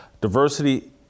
Diversity